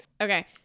okay